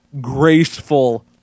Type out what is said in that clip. graceful